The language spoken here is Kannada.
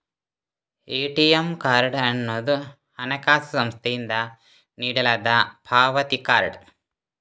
ಎ.ಟಿ.ಎಂ ಕಾರ್ಡ್ ಅನ್ನುದು ಹಣಕಾಸು ಸಂಸ್ಥೆಯಿಂದ ನೀಡಲಾದ ಪಾವತಿ ಕಾರ್ಡ್